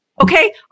Okay